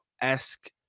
esque